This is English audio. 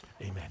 Amen